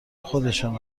خودشان